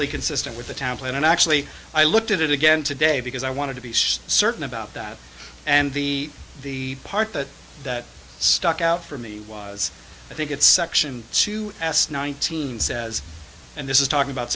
entirely consistent with the town plan and actually i looked at it again today because i wanted to be certain about that and the the part that that stuck out for me was i think it's section two s nineteen says and this is talking about